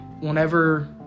whenever